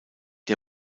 der